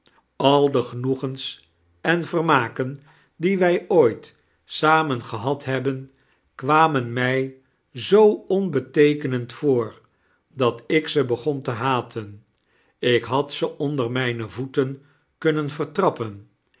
al de genoegens eii vermakei die wij ooit samen gehad hebben kwamen mij zoo onbeteekenend voor dat ik ze begon te haten ik had ze onder mijne voeten kunneti vertrappea